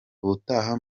ubutaha